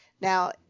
now